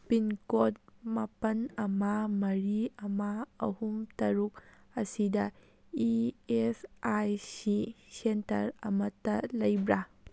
pincode ꯃꯥꯄꯜ ꯑꯃ ꯃꯔꯤ ꯑꯃ ꯑꯍꯨꯝ ꯇꯔꯨꯛ ꯑꯁꯤꯗ E S I C centre ꯑꯃꯠꯇ ꯂꯩꯕ꯭ꯔ